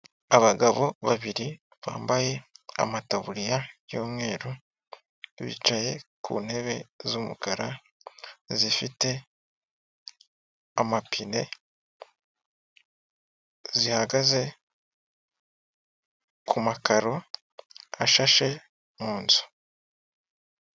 Abagabo babiri bambaye amataburiya y'umweru bicaye ku ntebe z'umukara zifite amapine zihagaze ku makaro ashashe mu nzu.